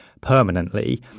permanently